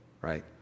right